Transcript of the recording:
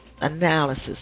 analysis